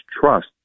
trust